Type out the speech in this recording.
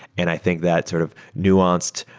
and i think that sort of nuanced,